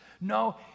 no